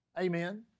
Amen